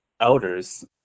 elders